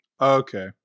Okay